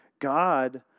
God